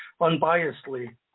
unbiasedly